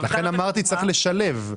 לכן אמרתי שצריך לשלב.